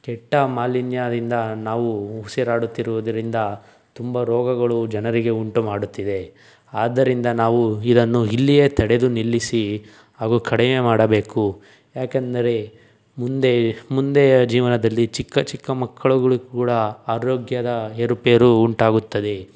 ಕೆಟ್ಟ ಮಾಲಿನ್ಯದಿಂದ ನಾವು ಉಸಿರಾಡುತ್ತಿರುವುದರಿಂದ ತುಂಬ ರೋಗಗಳು ಜನರಿಗೆ ಉಂಟು ಮಾಡುತ್ತಿದೆ ಆದ್ದರಿಂದ ನಾವು ಇದನ್ನು ಇಲ್ಲಿಯೇ ತಡೆದು ನಿಲ್ಲಿಸಿ ಹಾಗು ಕಡಿಮೆ ಮಾಡಬೇಕು ಯಾಕೆಂದರೆ ಮುಂದೆ ಮುಂದೆಯು ಜೀವನದಲ್ಲಿ ಚಿಕ್ಕ ಚಿಕ್ಕ ಮಕ್ಕಳುಗಳಿಗೆ ಕೂಡ ಆರೋಗ್ಯದ ಏರು ಪೇರು ಉಂಟಾಗುತ್ತದೆ